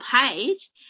page